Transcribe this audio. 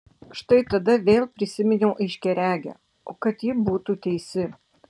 štai tada vėl prisiminiau aiškiaregę o kad ji būtų teisi